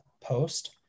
post